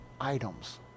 items